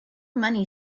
money